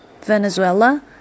Venezuela